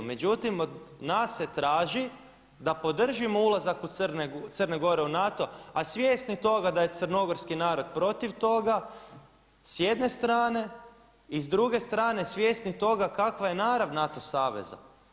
Međutim, od nas se traži da podržimo ulazak Crne Gore u NATO a svjesni toga da je crnogorski narod protiv toga s jedne strane i s druge strane svjesni toga kakva je narav NATO saveza.